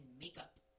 makeup